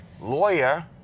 lawyer